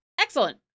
Excellent